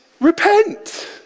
repent